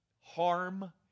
harm